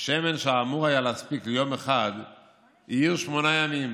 השמן שאמור היה להספיק ליום אחד האיר שמונה ימים.